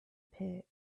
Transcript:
pit